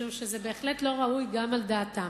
משום שזה בהחלט לא ראוי גם על דעתם.